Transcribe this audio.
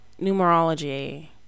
numerology